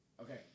Okay